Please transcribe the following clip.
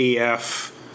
AF